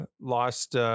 lost